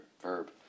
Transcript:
verb